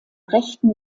rechten